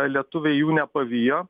lietuviai jų nepavijo